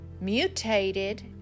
mutated